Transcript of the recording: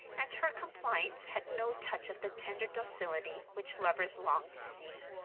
and her compliance had no touch of the tender docility which lovers long to see.